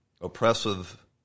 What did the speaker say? oppressive